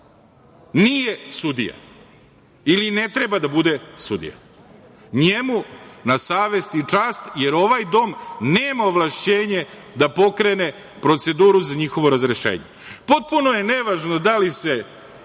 nije sudija ili ne treba da bude sudija. Njemu na savest i čast, jer ovaj dom nema ovlašćenje da pokrene proceduru za njihovo razrešenje. Potpuno je nevažno da li se